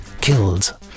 killed